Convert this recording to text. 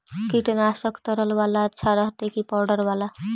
कीटनाशक तरल बाला अच्छा रहतै कि पाउडर बाला?